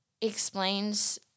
explains